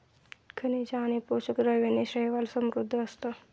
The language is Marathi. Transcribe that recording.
खनिजे आणि पोषक द्रव्यांनी शैवाल समृद्ध असतं